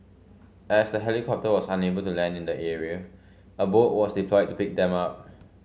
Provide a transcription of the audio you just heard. as the helicopter was unable to land in the area a boat was deployed to pick them up